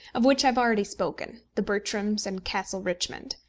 of which i have already spoken the bertrams and castle richmond.